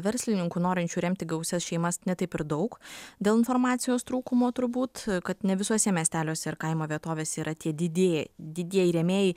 verslininkų norinčių remti gausias šeimas ne taip ir daug dėl informacijos trūkumo turbūt kad ne visuose miesteliuose ir kaimo vietovėse yra tie didie didieji rėmėjai